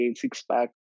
six-pack